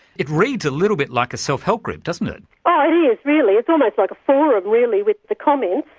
it reads a little bit like a self-help group doesn't it? oh it is really. it's almost like a forum really with the comments.